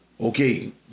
okay